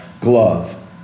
Glove